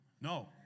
No